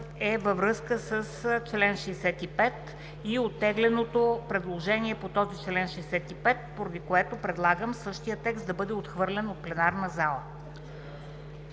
е във връзка с чл. 65 и оттегленото предложение по този чл. 65, поради което предлагам същият текст да бъде отхвърлен от пленарна зала.“